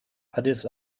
addis